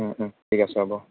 ঠিক আছে হ'ব